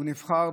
הוא נבחר,